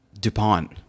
DuPont